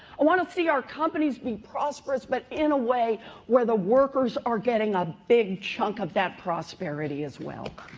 i want to see our companies be prosperous, but in a way where the workers are getting a big chunk of that prosperity as well.